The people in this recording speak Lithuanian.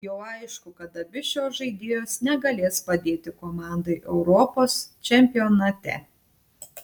jau aišku kad abi šios žaidėjos negalės padėti komandai europos čempionate